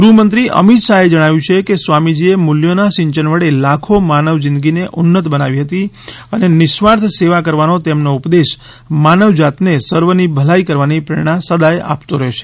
ગૃહ મંત્રી અમિત શાહ એ જણાવ્યુ છે કે સ્વામીજી એ મૂલ્યોના સિંયન વડે લાખો માનવ જિંદગીને ઉન્નત બનાવી હતી અને નિસ્વાર્થ સેવા કરવાનો તેમનો ઉપદેશ માનવજાતને સર્વની ભલાઈ કરવાની પ્રેરણા સદાય આપતો રહેશે